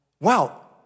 wow